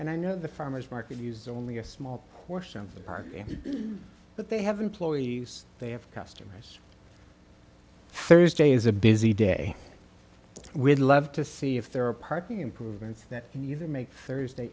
and i know the farmer's market uses only a small portion of the park but they have employees they have customers thursday is a busy day we'd love to see if there are parking improvements that you can make thursday